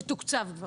שתוקצב כבר.